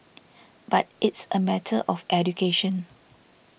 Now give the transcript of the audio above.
but it's a matter of education